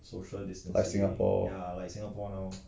like singapore